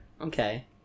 Okay